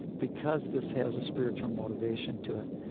because this has a spiritual motivation to it.